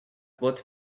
both